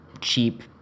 cheap